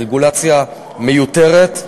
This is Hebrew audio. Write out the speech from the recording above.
רגולציה מיותרת,